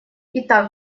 итак